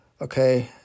Okay